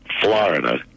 Florida